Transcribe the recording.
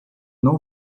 não